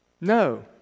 No